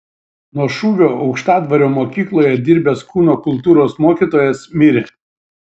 nuo šūvio aukštadvario mokykloje dirbęs kūno kultūros mokytojas mirė